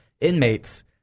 inmates